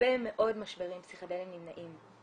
הרבה מאוד משברים פסיכדליים נמנעים.